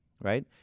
Right